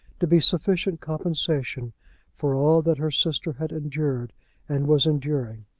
to be sufficient compensation for all that her sister had endured and was enduring.